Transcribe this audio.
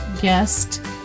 guest